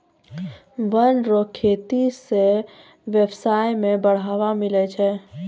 वन रो खेती से व्यबसाय में बढ़ावा मिलै छै